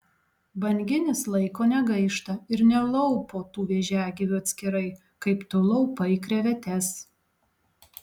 banginis laiko negaišta ir nelaupo tų vėžiagyvių atskirai kaip tu laupai krevetes